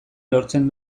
lortzen